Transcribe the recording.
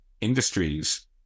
industries